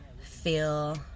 feel